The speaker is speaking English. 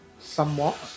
somewhat